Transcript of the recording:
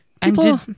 people